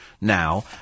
now